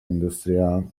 industrial